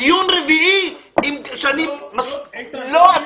דיון רביעי שאני --- איתן, לא דיון.